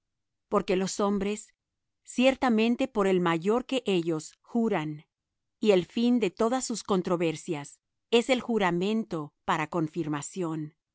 porque los hombres ciertamente por el mayor que ellos juran y el fin de todas sus controversias es el juramento para confirmación